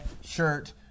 shirt